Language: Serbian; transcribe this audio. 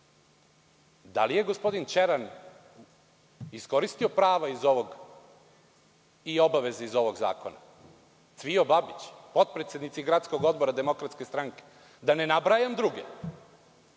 Da li je gospodin Ćeran iskoristio prava i obaveze iz ovog zakona? Cvijo Babić, potpredsednici Gradskog odbora DS i da ne nabrajam druge?